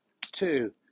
two